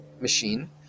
machine